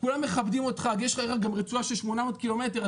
כולם מכבדים אותך ושי --- גם רצועה של 800 קילומטר,